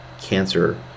cancer